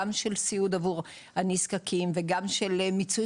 גם של סיעוד עבור הנזקקים וגם של מיצוי